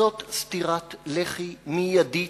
זאת סטירת לחי מיידית,